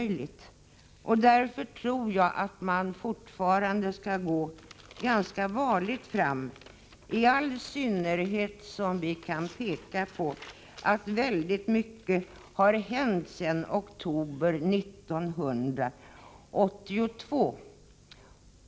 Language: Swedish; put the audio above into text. Jag tror fortfarande att man skall gå ganska varligt fram, i all synnerhet som väldigt mycket har hänt sedan oktober 1982.